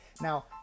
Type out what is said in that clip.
Now